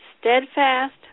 Steadfast